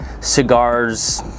cigars